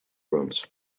rooms